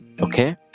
okay